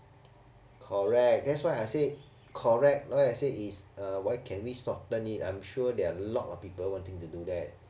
correct that's why I said correct lor I said is uh why can we shorten it it I'm sure there are a lot of people wanting to do that